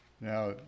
Now